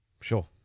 Sure